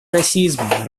расизма